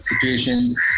situations